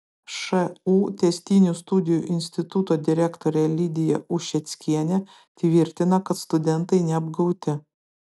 šu tęstinių studijų instituto direktorė lidija ušeckienė tvirtina kad studentai neapgauti